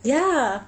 ya